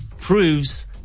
Proves